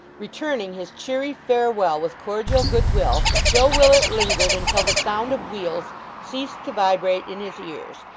returning his cheery farewell with cordial goodwill, joe willet lingered until the sound of wheels ceased to vibrate in his ears,